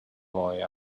boy